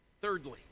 Thirdly